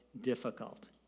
difficult